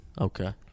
okay